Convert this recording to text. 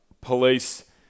police